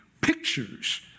pictures